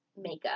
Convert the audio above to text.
makeup